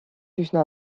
üsna